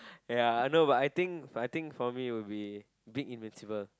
ya I know but I think I think for me it will be big invincible